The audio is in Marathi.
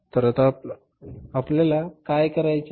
तर आता आपल्याला काय करायचे आहे